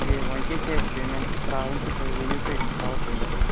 یہِ وۅنۍ کیٛاہ چھےٚ اَسہِ پیٚمنٛٹ تراوٕنۍ تہٕ تُہۍ ؤنِو تہٕ أسۍ ترٛاوو پیٚمنٛٹ